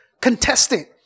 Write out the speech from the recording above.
contestant